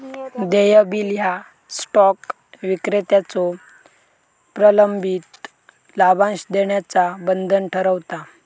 देय बिल ह्या स्टॉक विक्रेत्याचो प्रलंबित लाभांश देण्याचा बंधन ठरवता